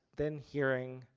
then hearing,